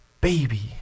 baby